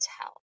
tell